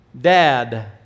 dad